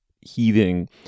heaving